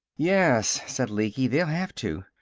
yes, said lecky. they'll have to.